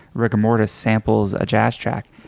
rigamortis, samples a jazz track.